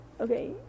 Okay